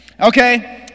Okay